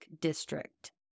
district